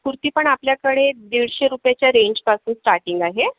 कुर्तीपण आपल्याकडे दीडशे रुपयेच्या रेंजपासून स्टार्टिंग आहे